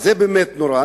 נורא, זה באמת נורא.